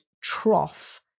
trough